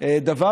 אגב,